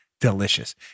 delicious